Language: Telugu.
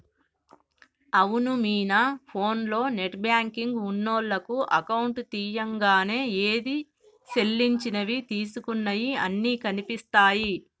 అవును మీనా ఫోన్లో నెట్ బ్యాంకింగ్ ఉన్నోళ్లకు అకౌంట్ తీయంగానే ఏది సెల్లించినవి తీసుకున్నయి అన్ని కనిపిస్తాయి